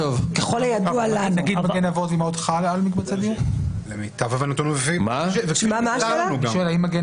אתם עושים את הכול על מנת --- אני אומר לך,